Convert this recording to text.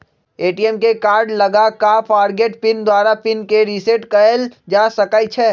ATM में card लगा कऽ फ़ॉरगोट पिन द्वारा पिन के रिसेट कएल जा सकै छै